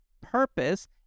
purpose